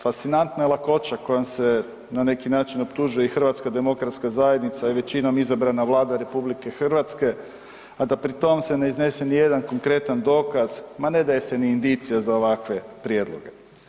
Fascinantna je lakoća kojom se na neki način optužuje i HDZ i većinom izabrana Vlada RH, a da pri tom se ne iznese nijedan konkretan dokaz, ma ne daje se ni indicija za ovakve prijedloge.